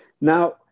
Now